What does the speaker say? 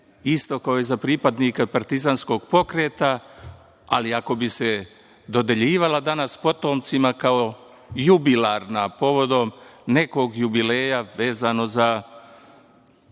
isto kao i za pripadnike Partizanskog pokreta, ali ako bi se dodeljivala danas potomcima kao jubilarna, povodom nekog jubileja vezano za